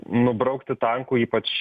nubraukti tankų ypač